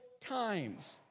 times